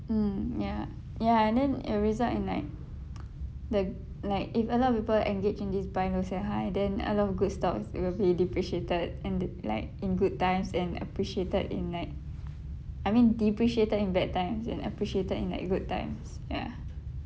mm ya ya and then it will result in like the like if a lot of people engage in this buying low sell high then a lot of good stocks will be depreciated and th~ like in good times and appreciated in like I mean depreciated in bad times and appreciated in like good times ya